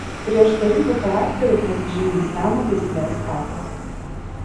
prieštaringu charakteriu pasižymi siamo veislės katės